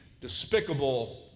despicable